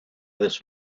this